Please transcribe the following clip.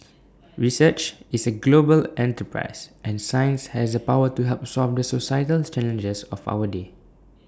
research is A global enterprise and science has the power to help solve the societal challenges of our day